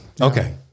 Okay